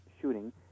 shooting